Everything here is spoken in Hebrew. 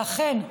ואכן,